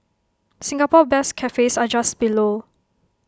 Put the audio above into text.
Singapore best cafes are just below